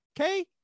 okay